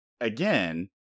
again